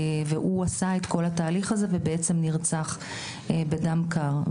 והוא עשה את כל התהליך הזה, ובעצם נרצח בדם קר.